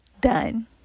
done